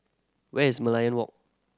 where is Merlion Walk